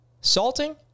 Salting